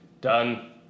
Done